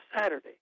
Saturday